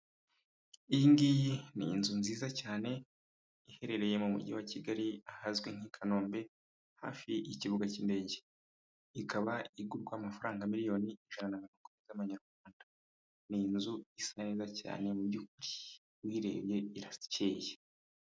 Iyi ngiyi ni inzu nziza cyane, iherereye mu mujyi wa Kigali, ahazwi nk'i Kanombe hafi y'ikibuga cy'indege, ikaba igurwa amafaranga miliyoni ijana na miringo itatu z'amanyarwanda. Ni inzu isa neza cyane mu by'ukuri uyirebye irakeye.